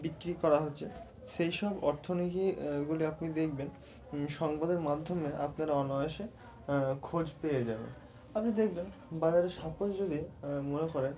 বিক্রি করা হচ্ছে সেই সব অর্থনীতিগুলি আপনি দেখবেন সংবাদের মাধ্যমে আপনারা অনায়াসে খোঁজ পেয়ে যাবেন আপনি দেখবেন বাজারে সাপোজ যদি মনে করেন